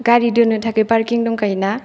गारि दोन्नो थाखाय पारकिं दंखायो ना